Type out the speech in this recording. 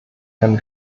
kann